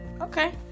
Okay